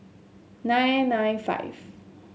nine nine five